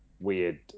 weird